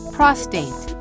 Prostate